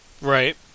Right